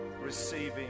receiving